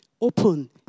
Open